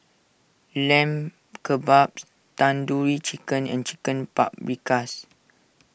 Lamb Kebabs Tandoori Chicken and Chicken Paprikas